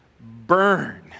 burn